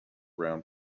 round